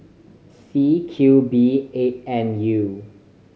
C Q B eight N U